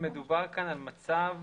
מדובר כאן על מצב